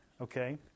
Okay